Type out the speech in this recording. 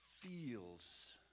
feels